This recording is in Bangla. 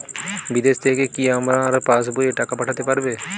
বিদেশ থেকে কি আমার পাশবইয়ে টাকা পাঠাতে পারবে?